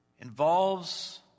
involves